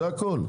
זה הכול?